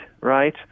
right